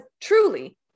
truly